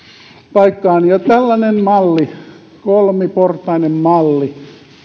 paikkaan tällainen kolmiportainen malli